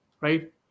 Right